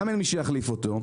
גם אין מי שיחליף אותו,